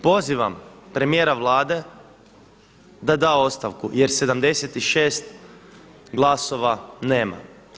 Pozivam premijera Vlade da da ostavku jer 76 glasova nema.